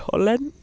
থলেন